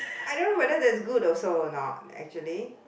I don't know whether that's good or not actually